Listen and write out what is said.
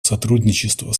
сотрудничества